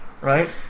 right